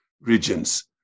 regions